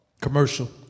Commercial